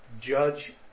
Judge